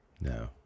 No